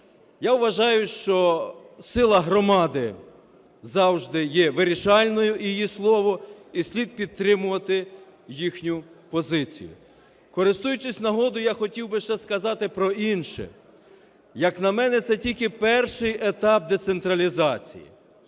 Я вважаю, що сила громади завжди є вирішальною, і її слово, і слід підтримувати їхню позицію. Користуючись нагодою, я хотів би ще сказати про інше. Як на мене, це тільки перший етап децентралізації,